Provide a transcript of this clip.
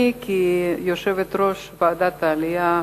אני, כיושבת-ראש ועדת העלייה והקליטה,